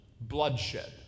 bloodshed